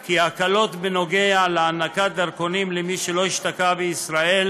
כי הקלות בנוגע להענקת דרכונים למי שלא השתקע בישראל